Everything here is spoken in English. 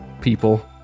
people